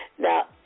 Now